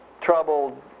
troubled